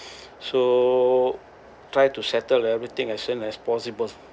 so try to settle everything as soon as possible